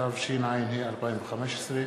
התשע"ה 2015,